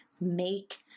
make